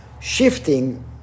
shifting